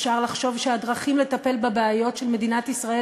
אפשר לחשוב שהדרכים לטפל בבעיות של מדינת ישראל